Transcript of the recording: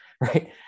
right